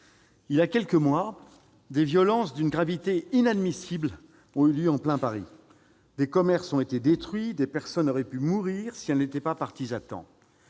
il y a quelques mois, des violences d'une gravité inadmissible ont eu lieu en plein Paris. Des commerces ont été détruits. Des personnes auraient pu mourir, si elles n'étaient pas parties à temps.